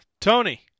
Tony